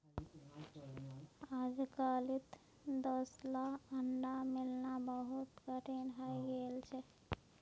अजकालित देसला अंडा मिलना बहुत कठिन हइ गेल छ